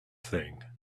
thing